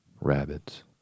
rabbits